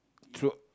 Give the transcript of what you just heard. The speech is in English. true